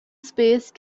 space